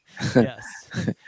Yes